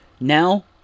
now